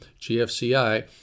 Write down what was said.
GFCI